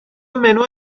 منو